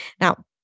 Now